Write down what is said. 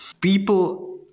people